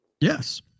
Yes